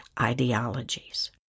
ideologies